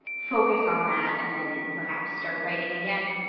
focus on that and then perhaps start writing again.